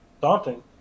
daunting